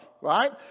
right